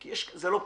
זה לא פשוט.